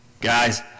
Guys